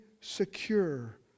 secure